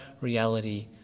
reality